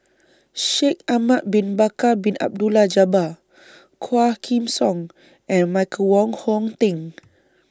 Shaikh Ahmad Bin Bakar Bin Abdullah Jabbar Quah Kim Song and Michael Wong Hong Teng